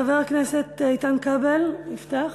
חבר הכנסת איתן כבל יפתח.